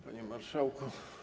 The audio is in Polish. Panie Marszałku!